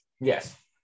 Yes